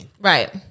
Right